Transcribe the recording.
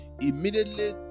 Immediately